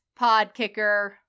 Podkicker